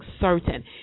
certain